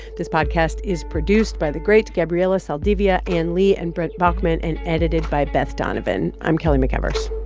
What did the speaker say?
this podcast is produced by the great gabriela saldivia, anne li and brent baughman and edited by beth donovan. i'm kelly mcevers